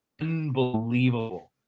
unbelievable